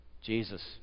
Jesus